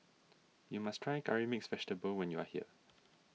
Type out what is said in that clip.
you must try Curry Mixed Vegetable when you are here